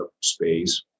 space